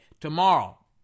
tomorrow